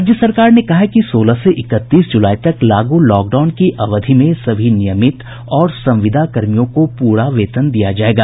राज्य सरकार ने कहा है कि सोलह से इकतीस जुलाई तक लागू लॉकडाउन की अवधि में सभी नियमित और संविदा कर्मियों को पूरा वेतन दिया जायेगा